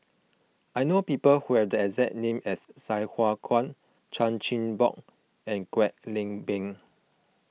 I know people who have the exact name as Sai Hua Kuan Chan Chin Bock and Kwek Leng Beng